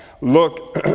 Look